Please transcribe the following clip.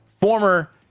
former